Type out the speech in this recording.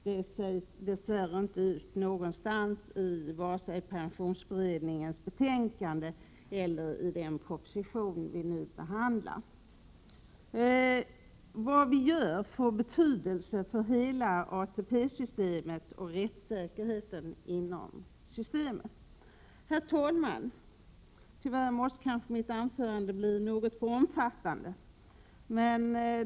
Detta sägs dess värre inte någonstans, varken i pensionsberedningens betänkande eller i den proposition som vi nu behandlar. Vad vi gör får betydelse för hela ATP-systemet och för rättssäkerheten inom systemet. Herr talman! Tyvärr måste mitt anförande bli omfattande.